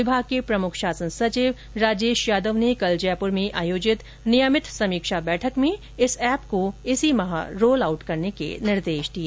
विभाग के प्रमुख शासन सचिव राजेश यादव ने कल जयपुर में आयोजित नियमित समीक्षा बैठक में इस एप को इसी माह रोल आउट करने के निर्देश दिए